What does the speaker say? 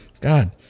God